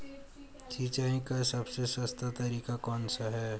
सिंचाई का सबसे सस्ता तरीका कौन सा है?